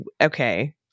okay